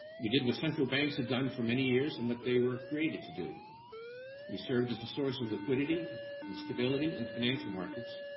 we did what central banks have done for many years and what they were created to do we served as a source of liquidity and stability in financial markets,